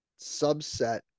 subset